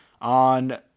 on